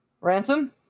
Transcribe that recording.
Ransom